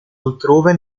altrove